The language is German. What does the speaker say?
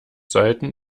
seiten